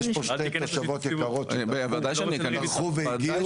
יש פה שתי תושבות יקרות שטרחו והגיעו,